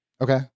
Okay